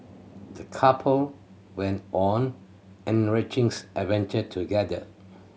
the couple went on an enrichings adventure together